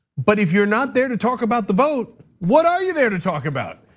but if you're not there to talk about the vote, what are you there to talk about?